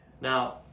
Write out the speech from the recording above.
Now